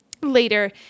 later